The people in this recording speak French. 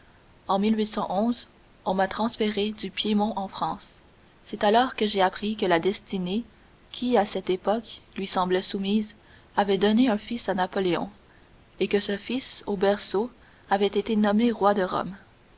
en on m'a transféré du piémont en france c'est alors que j'ai appris que la destinée qui à cette époque lui semblait soumise avait donné un fils à napoléon et que ce fils au berceau avait été nommé roi de rome